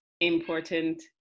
important